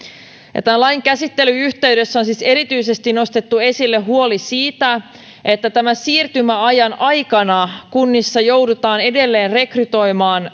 ja tämän lain käsittelyn yhteydessä on siis erityisesti nostettu esille huoli siitä että tämän siirtymäajan aikana kunnissa joudutaan edelleen rekrytoimaan